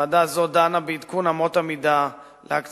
ועדה זו דנה בעדכון אמות המידה להקצאת